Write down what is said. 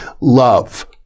Love